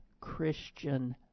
Christian